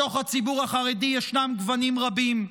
בתוך הציבור החרדי ישנם גוונים רבים,